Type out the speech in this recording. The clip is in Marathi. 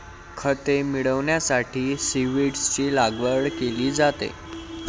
खते मिळविण्यासाठी सीव्हीड्सची लागवड केली जाते